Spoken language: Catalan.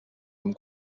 amb